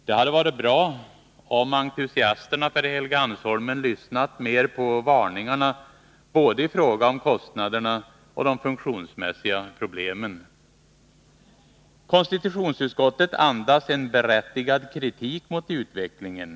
Det hade varit bra om entusiasterna för Helgeandsholmen lyssnat mer på varningarna, både i fråga om kostnaderna och de funktionsmässiga problemen. Konstitutionsutskottets betänkande andas en berättigad kritik mot utvecklingen.